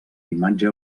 imatge